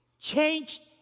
changed